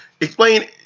Explain